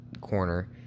corner